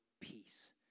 peace